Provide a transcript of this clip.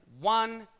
one